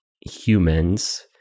humans